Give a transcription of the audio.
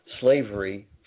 slavery